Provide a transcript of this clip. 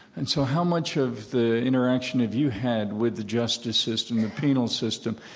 and so how much of the interaction have you had with the justice system, the penal system?